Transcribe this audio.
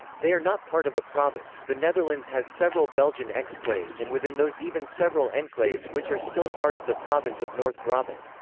they are not part of a province the netherlands has several belgian exclaves and within those even several enclaves which are still part of the province of north brabant.